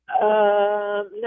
no